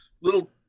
little